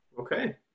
Okay